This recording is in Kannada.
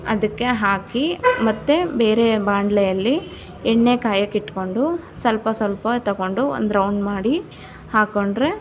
ಅದಕ್ಕೆ ಹಾಕಿ ಮತ್ತೆ ಬೇರೆ ಬಾಣಲಿಯಲ್ಲಿ ಎಣ್ಣೆ ಕಾಯೋಕೆ ಇಟ್ಕೊಂಡು ಸ್ವಲ್ಪ ಸ್ವಲ್ಪ ತಗೊಂಡು ಒಂದು ರೌಂಡ್ ಮಾಡಿ ಹಾಕ್ಕೊಂಡ್ರೆ